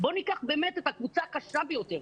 בואו ניקח באמת את הקבוצה הקשה ביותר,